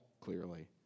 Clearly